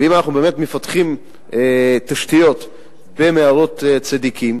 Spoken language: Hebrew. ואם אנחנו באמת מפתחים תשתיות במערות צדיקים,